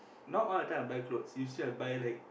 not all the time I buy clothes usually I buy like